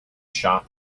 shop